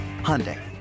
Hyundai